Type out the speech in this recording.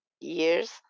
years